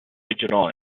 regional